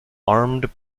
armed